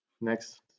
Next